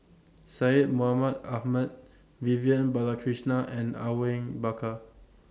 Syed Mohamed Ahmed Vivian Balakrishnan and Are Wing Bakar